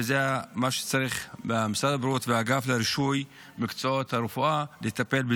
ובזה צריכים משרד הבריאות ואגף הרישוי במקצועות הרפואה לטפל.